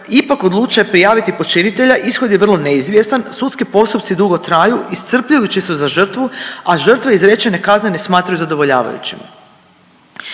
ipak odluče prijaviti počinitelja ishod je vrlo neizvjestan, sudski postupci dugo traju, iscrpljujući su za žrtvu, a žrtve izrečene kazne ne smatraju zadovoljavajućim.